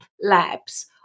labs